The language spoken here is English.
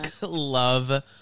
love